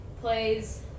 plays –